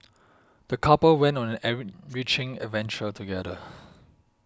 the couple went on an reaching adventure together